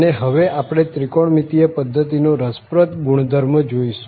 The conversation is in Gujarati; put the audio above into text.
અને હવે આપણે ત્રિકોણમિતિય પધ્ધતિનો રસપ્રદ ગુણધર્મ જોઈશું